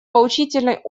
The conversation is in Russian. поучительный